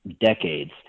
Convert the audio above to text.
decades